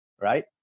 Right